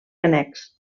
annex